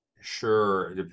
sure